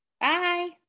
Bye